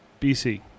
BC